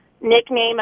nickname